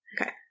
Okay